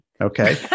okay